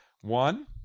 One